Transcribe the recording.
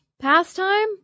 pastime